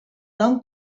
nom